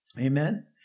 Amen